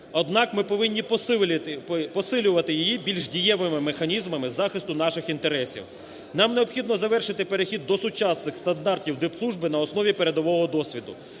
Однак ми повинні посилювати її більш дієвими механізмами захисту наших інтересів. Нам необхідно завершити перехід до сучасних стандартів дипслужби на основі передового досвіду.